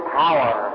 power